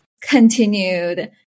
continued